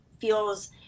feels